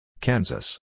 Kansas